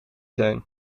zijn